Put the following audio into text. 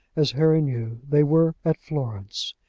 as harry knew, they were at florence.